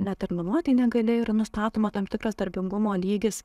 neterminuotai negalia yra nustatoma tam tikras darbingumo lygis